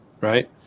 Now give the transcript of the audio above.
Right